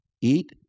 eat